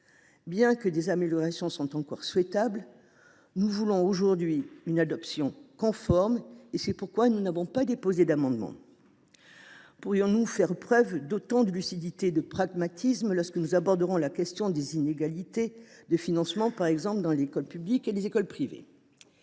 Bien que des améliorations soient encore souhaitables, nous voulons aujourd’hui une adoption conforme du texte ; c’est pourquoi nous n’avons pas déposé d’amendement. Pourrons nous collectivement faire preuve d’autant de lucidité et de pragmatisme lorsque nous aborderons la question des inégalités de financement, par exemple, entre l’école publique et les écoles privées ?